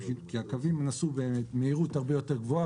כי הקווים נסעו במהירות הרבה יותר גבוהה,